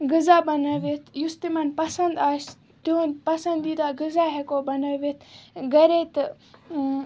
غزا بَنٲوِتھ یُس تِمَن پَسَنٛد آسہِ تِہُنٛد پَسَنٛدیٖدَہ غزا ہٮ۪کو بَنٲوِتھ گَرے تہٕ